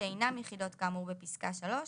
שאינם יחידות כאמור בפסקה (3),